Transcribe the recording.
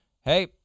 Hey